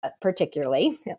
particularly